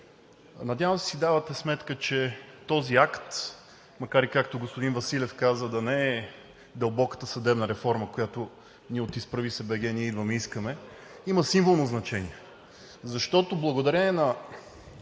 надявам се си давате сметка, че този акт, макар, и както господин Василев каза да не е дълбоката съдебна реформа, която ние от „Изправи се БГ! Ние идваме!“ искаме, има символно значение, защото благодарение на